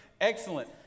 excellent